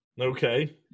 Okay